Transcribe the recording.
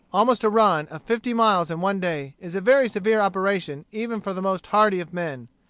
almost a run, of fifty miles in one day, is a very severe operation even for the most hardy of men.